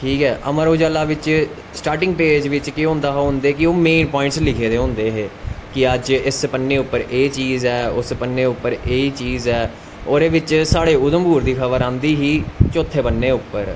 ठीक ऐ अमर उजाला बिच्च स्टार्टिंग पेज़ बिच्च केह्होंदा हा उंदे के मेन पोवाईंटस लिखे दे होंदे हे कि अज्ज इस पन्ने पर एह् चीज़ ऐ उस पन्ने पर एह् चीज़ ऐ ओह्दे बिच्च साढ़े उधमपुर दी खबर आंदी ही चोत्थे पन्ने पर